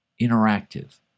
interactive